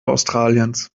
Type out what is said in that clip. australiens